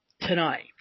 tonight